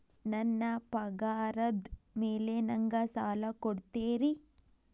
ನನ್ನ ಪಗಾರದ್ ಮೇಲೆ ನಂಗ ಸಾಲ ಕೊಡ್ತೇರಿ?